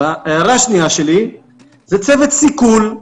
וההערה השנייה שלי זה צוות סיכול.